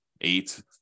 eight